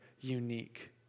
unique